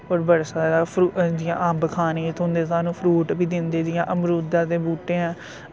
और बड़ा सारा फरु जियां अम्ब खानेई थ्होंदे साह्नू फरूट बी दिंदे जियां अमरूदा दे बूह्टे ऐ